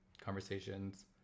conversations